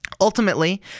Ultimately